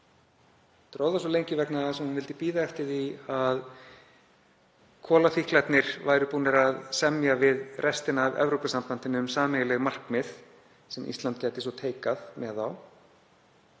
vegna þess að hún vildi bíða eftir því að kolafíklarnir væru búnir að semja við restina af Evrópusambandinu um sameiginleg markmið sem Ísland gæti svo teikað, að